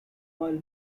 royal